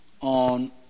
on